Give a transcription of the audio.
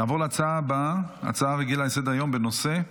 נעבור להצעה הבאה, הצעה רגילה לסדר-היום בנושא: